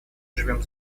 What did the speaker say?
живем